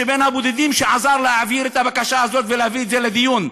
בין הבודדים שעזר להעביר את הבקשה הזאת ולהביא את זה לדיון.